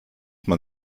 man